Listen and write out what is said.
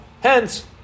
Hence